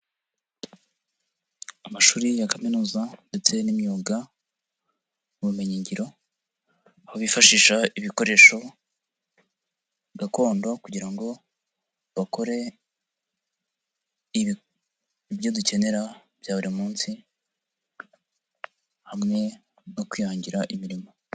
Amashuri ya kaminuza ndetse n'imyuga n'ubumenyingiro, aho bifashisha ibikoresho gakondo kugira ngo bakore ibyo dukenera bya buri munsi, hamwe no kwihangira imirimo.